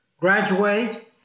graduate